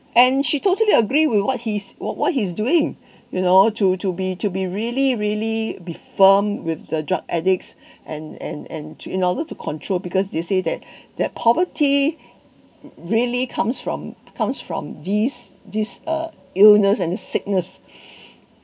and she totally agree with what he's what what he's doing you know to to be to be really really be firm with the drug addicts and and and in order to control because they say that that poverty really comes from comes from these these uh illness and sickness